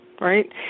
Right